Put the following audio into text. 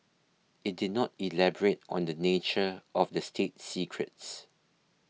it did not elaborate on the nature of the state secrets